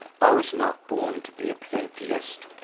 i was not born to be a pantheist.